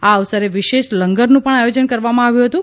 આ અવસરે વિશેષ લંગરનું પણ આયોજન કરવામાં આવ્યું હતું